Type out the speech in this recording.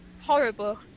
horrible